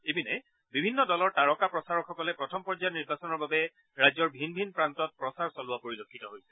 ইপিনে বিভিন্ন দলৰ তাৰকা প্ৰচাৰক সকলে প্ৰথম পৰ্যায়ৰ নিৰ্বাচনৰ বাবে ৰাজ্যৰ ভিন ভিন প্ৰান্তত প্ৰচাৰ চলোৱা পৰিলক্ষিত হৈছে